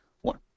one